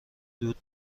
دود